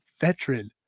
veteran